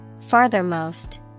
Farthermost